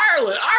Ireland